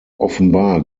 offenbar